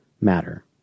matter